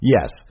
Yes